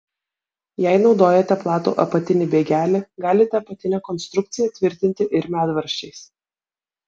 jei naudojate platų apatinį bėgelį galite apatinę konstrukciją tvirtinti ir medvaržčiais